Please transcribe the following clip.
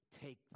Take